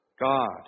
God